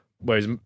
Whereas